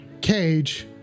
Cage